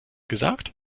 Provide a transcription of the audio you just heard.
gesagt